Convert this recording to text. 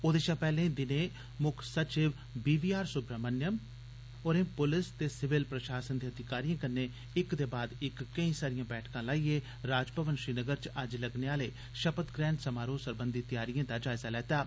ओहृदे शा पैह्ले दिने मुक्ख सचिव बीवीआर सुब्राहमणयम होरें पुलस ते सिविल प्रशासन दे अधिकारिएं कन्नै इक दे बाद इक कई सारियां बैठकां लाइयै राजभवन श्रीनगर च अज्ज लगने आले शपथग्रैहण समारोह् सरबंघी तैआरिए दा जायजा लैता हा